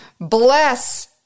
bless